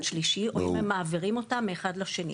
שלישי או אם הם מעבירים אותה מאחד לשני.